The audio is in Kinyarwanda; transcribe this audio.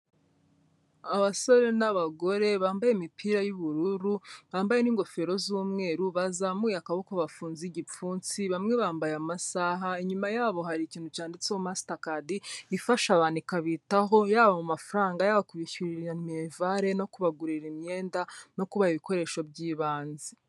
Abasore n'abagore bambaye imipira y'ubururu, bambaye n'ingofero z'umweru bazamuye akaboko bafunze igipfunsi, bamwe bambaye amasaha, inyuma yabo hari ikintu cyanditseho Mastercad ifasha abantu ikabitaho, yaba mu mafaranga, yaba kubishyurira minerivare no kubagurira imyenda, no kubaha ibikoresho by'ibanze.